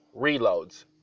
reloads